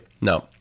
No